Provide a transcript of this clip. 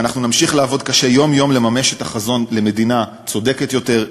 ואנחנו נמשיך לעבוד קשה יום-יום לממש את החזון למדינה צודקת יותר,